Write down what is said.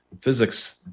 physics